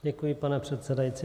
Děkuji, pane předsedající.